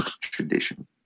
tradition